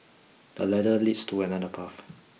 the ladder leads to another path